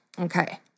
Okay